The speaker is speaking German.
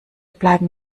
bleiben